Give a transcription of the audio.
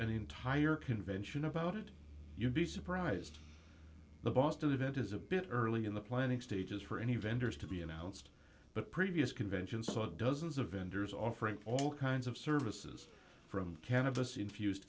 an entire convention about it you'd be surprised the boston event is a bit early in the planning stages for any vendors to be announced but previous conventions saw dozens of vendors offering all kinds of services from cannabis infused